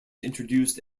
introduced